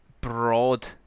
broad